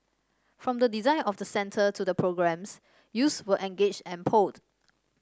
from the design of the centre to the programmes youths were engaged and polled